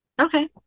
Okay